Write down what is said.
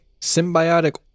Symbiotic